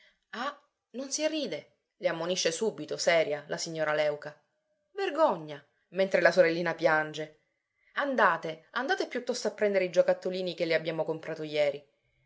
ah non si ride le ammonisce subito seria la signora léuca vergogna mentre la sorellina piange andate andate piuttosto a prendere i giocattolini che le abbiamo comprato jeri